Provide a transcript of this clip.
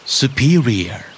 superior